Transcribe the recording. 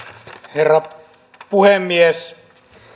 herra puhemies